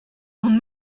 und